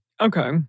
Okay